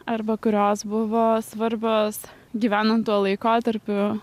arba kurios buvo svarbios gyvenant tuo laikotarpiu